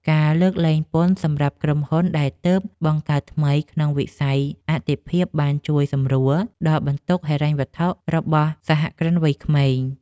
ការលើកលែងពន្ធសម្រាប់ក្រុមហ៊ុនដែលទើបបង្កើតថ្មីក្នុងវិស័យអាទិភាពបានជួយសម្រួលដល់បន្ទុកហិរញ្ញវត្ថុរបស់សហគ្រិនវ័យក្មេង។